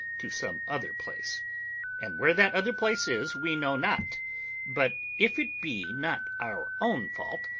to some other place and where that other place is, we know not but if it be not our own fault,